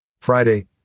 Friday